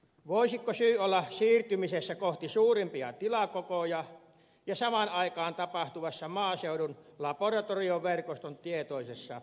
voisiko syy olla siirtymisessä kohti suurempia tilakokoja ja samaan aikaan tapahtuvassa maaseudun laboratorioverkoston tietoisessa harvennuksessa